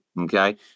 Okay